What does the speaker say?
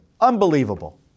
Unbelievable